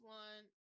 one